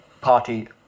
party